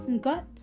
got